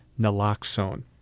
naloxone